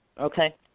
Okay